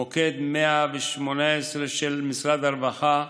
מוקד 118 של משרד הרווחה,